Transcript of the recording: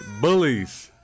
Bullies